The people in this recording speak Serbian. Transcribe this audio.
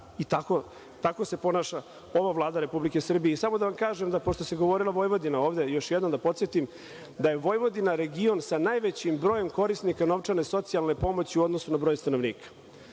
I, tako se ponaša ova Vlada Republike Srbije. Samo da vam kažem, pošto se govorilo o Vojvodina ovde, još jednom da podsetim da je Vojvodina region sa najvećim brojem korisnika novčane socijalne pomoći u odnosu na broj stanovnika.